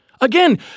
again